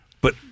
But-